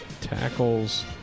tackles